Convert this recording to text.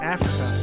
Africa